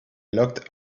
locked